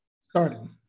Starting